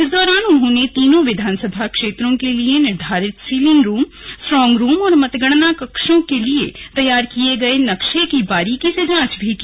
इस दौरान उन्होंने तीनों विधानसभा क्षेत्रों के लिए निर्धारित सीलिंग रूम स्ट्रॉन्ग रूम और मतगणना कक्षों के लिए तैयार किये गए नक्शे की बारीकी से जांच भी की